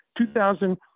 2000